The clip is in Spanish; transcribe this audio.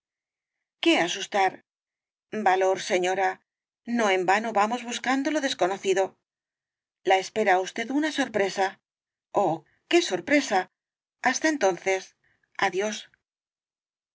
qué asustar valor señora no en vano vamos buscando lo desconocido la espera á usted una sorpresa oh qué sorpresa plasta entonces adiós